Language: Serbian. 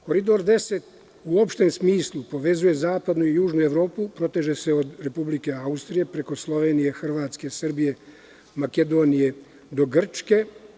Koridor 10 u opštem smislu povezuje zapadnu i južnu Evropu, a proteže se od Republike Austrije, preko Slovenije, Hrvatske, Srbije, Makedonije do Grčke.